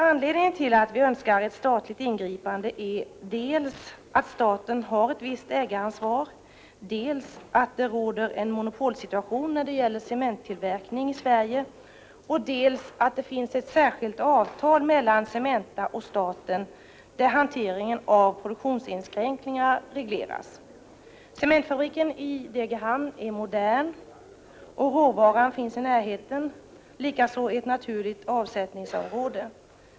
Anledningen till att vi Önskar ett statligt ingripande är dels att staten har ett visst ägaransvar, dels att det råder en monopolsituation när det gäller cementtillverkning i 123 Sverige och dels att det finns ett särskilt avtal mellan Cementa och staten där Cementfabriken i Degerhamn är modern, och råvaran finns i närheten, likaså ett naturligt avsättningsområde.